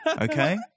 okay